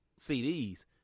CDs